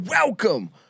Welcome